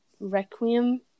Requiem